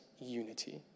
unity